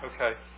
Okay